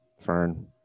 Fern